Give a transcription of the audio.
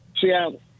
Seattle